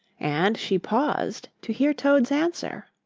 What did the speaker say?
and she paused to hear toad's answer.